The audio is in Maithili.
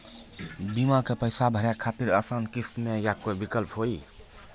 बीमा के पैसा भरे खातिर आसान किस्त के का विकल्प हुई?